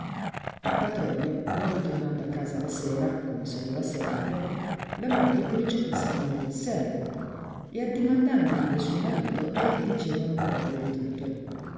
il patrone non ritornando a casa la sera come soleva sempre la moglie cominciò pensar male del servo e addimandandoli del suo marito egli diceva non averlo veduto